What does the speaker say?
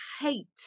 hate